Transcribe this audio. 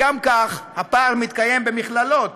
גם כך הפער מתקיים במכללות.